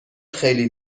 خیلی